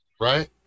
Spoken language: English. right